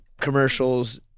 commercials